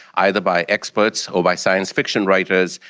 either by experts or by science fiction writers,